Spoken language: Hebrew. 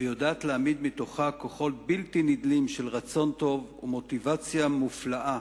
ויודעת להעמיד מתוכה כוחות בלתי נדלים של רצון טוב ומוטיבציה מופלאה